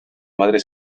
madre